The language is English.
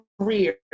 career